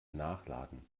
nachladen